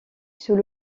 sous